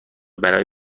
برای